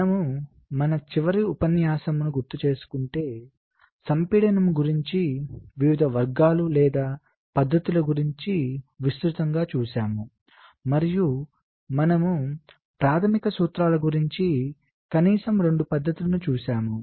మనము మన చివరి ఉపన్యాసమును గుర్తుచేసుకుంటే సంపీడనం గురించి వివిధ వర్గాలు లేదా పద్ధతులను గురించి విస్తృతంగా చూశాము మరియు మనము ప్రాథమిక సూత్రాల గురించి కనీసం రెండు పద్ధతులను చూశాము